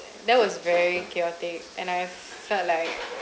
uh that was very chaotic and I felt like I